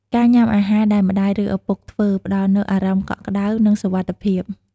ការញ៉ាំអាហារដែលម្តាយ ឬឪពុកធ្វើ ផ្តល់នូវអារម្មណ៍កក់ក្តៅ និងសុវត្ថិភាព។